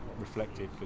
reflected